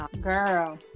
girl